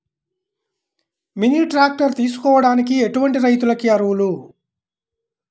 Mini tractor తీసుకోవడానికి ఎటువంటి రైతులకి అర్హులు?